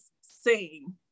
sing